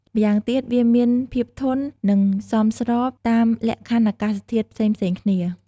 ម្យ៉ាងទៀតវាមានភាពធន់ និងសមស្របតាមលក្ខខណ្ឌអាកាសធាតុផ្សេងៗគ្នា។